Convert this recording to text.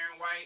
White